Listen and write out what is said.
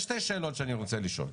יש שתי שאלות שאני רוצה לשאול,